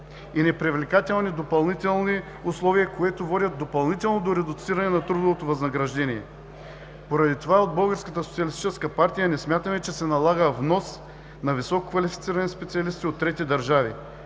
и непривлекателни допълнителни условия, които водят допълнително до редуциране на трудовото възнаграждение. Поради това от Българската социалистическа партия не смятаме, че се налага внос на висококвалифицирани специалисти от трети държави.